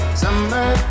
summer